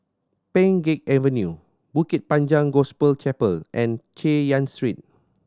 Pheng Geck Avenue Bukit Panjang Gospel Chapel and Chay Yan Street